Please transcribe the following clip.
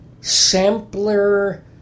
sampler